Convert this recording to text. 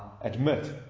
admit